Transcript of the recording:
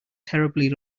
terribly